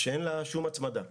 שאין לה שום הצמדה.